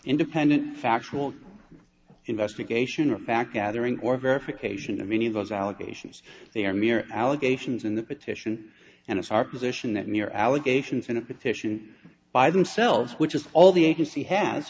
independent factual investigation or fact gathering or verification of any of those allegations they are mere allegations in the petition and it's our position that mere allegations in a petition by themselves which is all the agency has